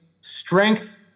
strength